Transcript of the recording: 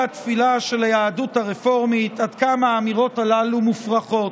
התפילה של היהדות הרפורמית עד כמה האמירות הללו מופרכות.